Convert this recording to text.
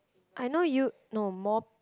I know you~ no more